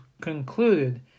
concluded